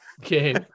game